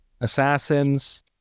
assassins